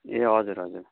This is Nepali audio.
ए हजुर हजुर